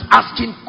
asking